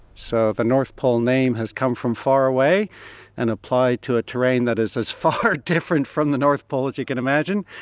so the north pole name has come from far away and applied to a terrain that is as far different from the north pole as you can imagine.